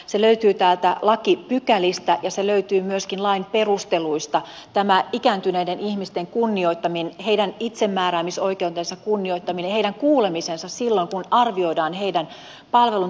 se löytyy täältä lakipykälistä ja se löytyy myöskin lain perusteluista tämä ikääntyneiden ihmisten kunnioittaminen heidän itsemääräämisoikeutensa kunnioittaminen heidän kuulemisensa silloin kun arvioidaan heidän palveluntarvettaan